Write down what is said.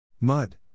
Mud